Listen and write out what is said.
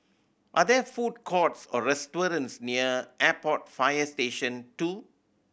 are there food courts or restaurants near Airport Fire Station Two